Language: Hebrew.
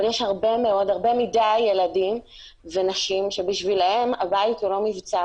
אבל יש הרבה מדיי ילדים ונשים שבשבילם הבית הוא לא מבצר,